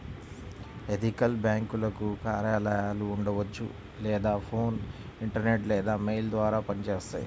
ethical బ్యేంకులకు కార్యాలయాలు ఉండవచ్చు లేదా ఫోన్, ఇంటర్నెట్ లేదా మెయిల్ ద్వారా పనిచేస్తాయి